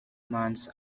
months